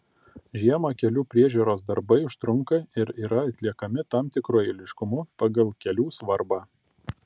žiemą kelių priežiūros darbai užtrunka ir yra atliekami tam tikru eiliškumu pagal kelių svarbą